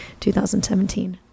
2017